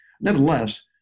Nevertheless